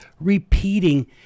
repeating